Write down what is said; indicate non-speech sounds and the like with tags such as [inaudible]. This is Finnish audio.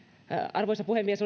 arvoisa puhemies [unintelligible]